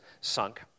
sunk